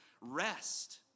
rest